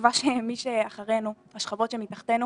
בתקווה שמי שאחרינו והשכבות שמתחתינו